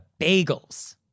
bagels